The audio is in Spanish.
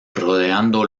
rodeando